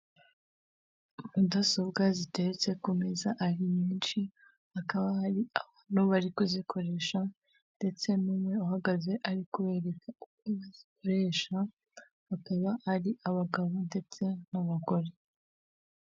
Mudasobwa zitetse ku meza ari nyinshi, hakaba hari abantu bari kuzikoresha ndetse n'umwe uhagaze ari kubereka uko bazikoresha bakaba ari abagabo ndetse n'abagore.